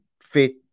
fit